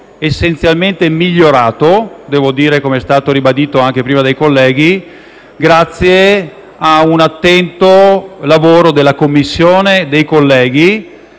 essenzialmente migliorato - com'è stato ribadito anche prima - grazie a un attento lavoro della Commissione e dei colleghi.